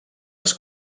els